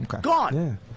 Gone